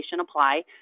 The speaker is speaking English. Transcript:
apply